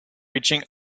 reaching